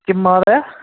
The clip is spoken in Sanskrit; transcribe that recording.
किं महोदय